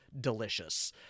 delicious